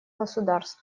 государств